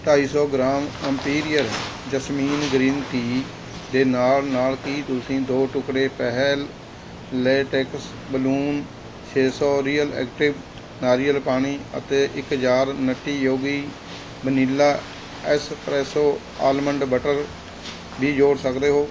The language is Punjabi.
ਢਾਈ ਸੌ gram imperial jasmine green tea ਦੇ ਨਾਲ ਨਾਲ ਕੀ ਤੁਸੀ ਦੋ ਟੁਕੜੇ ਪਹਿਲ ਲੈਟੇਕਸ ਬੈਲੂਨ ਛੇ ਸੌ ਰੀਅਲ ਐਕਟਿਵ ਨਾਰੀਅਲ ਪਾਣੀ ਅਤੇ ਇੱਕ jar nutty yogi vanilla espresso almond butter ਵੀ ਜੋੜ ਸਕਦੇ ਹੋ